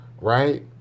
right